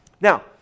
Now